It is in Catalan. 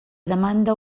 demanda